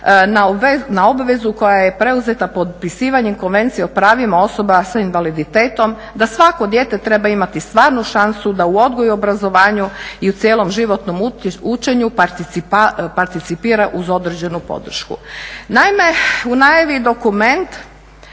na obvezu koja je preuzeta potpisivanje konvencije o pravima osoba sa invaliditetom, da svako dijete treba imati stvarnu šansu da u odgoju i obrazovanju i u cijelom životnom učenju participira uz određenu podršku. Naime u najavi je dokument,